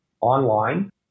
online